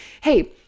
Hey